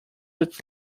its